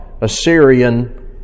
Assyrian